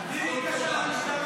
אני רציני מאוד.